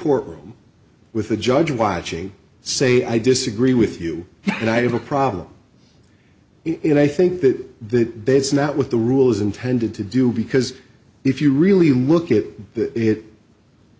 court room with a judge watching say i disagree with you and i have a problem in i think that that that's not what the rule is intended to do because if you really look at it